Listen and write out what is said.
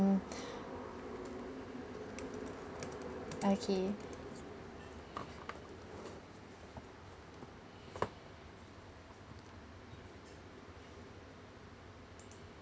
~(um) okay